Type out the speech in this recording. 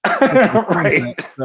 Right